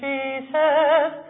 Jesus